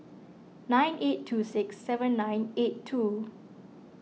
nine eight two six seven nine eight two